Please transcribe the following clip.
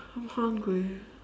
I'm hungry